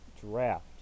draft